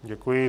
Děkuji.